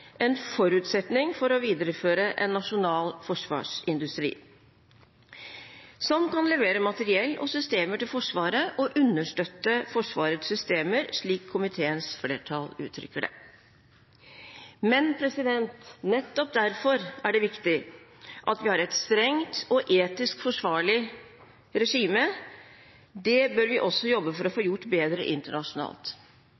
en nasjonal forsvarsindustri som kan levere materiell og systemer til Forsvaret og understøtte Forsvarets virksomhet», slik komiteens flertall uttrykker det. Nettopp derfor er det viktig at vi har et strengt og etisk forsvarlig regime. Det bør vi også jobbe for å